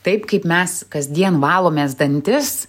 taip kaip mes kasdien valomės dantis